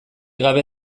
gabe